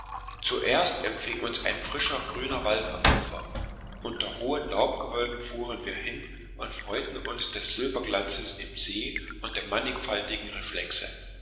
zuerst empfing uns ein frischer grüner wald am ufer unter hohen laubgewölben fuhren wir hin und freuten uns des silberglanzes im see und der mannigfaltigen reflexe